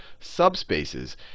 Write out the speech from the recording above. subspaces